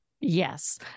Yes